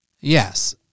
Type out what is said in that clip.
Yes